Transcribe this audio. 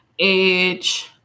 Edge